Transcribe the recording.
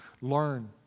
learn